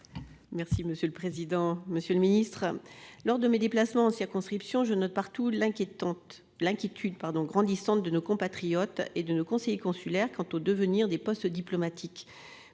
Monsieur le secrétaire d'État, lors de mes déplacements en circonscription, je note partout l'inquiétude grandissante de nos compatriotes et de nos conseillers consulaires quant au devenir des postes diplomatiques.